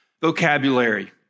vocabulary